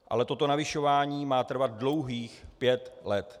Ale toto navyšování má trvat dlouhých pět let.